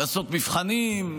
לעשות מבחנים,